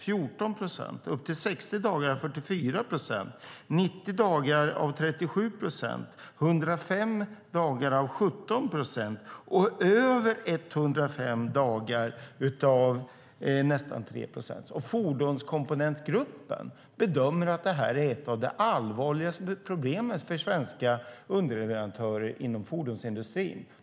Upp till 60 dagar tillämpas av 44 procent, 90 dagar av 37 procent, 105 dagar av 17 procent och över 105 dagar av nästan 3 procent. Fordonskomponentgruppen bedömer att det här är ett av de allvarligaste problemen för svenska underleverantörer inom fordonsindustrin.